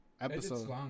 episode